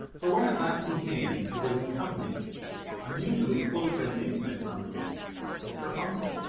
for when at last he came, it was in company unusually close and intimate company with her uncle.